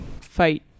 fight